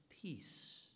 peace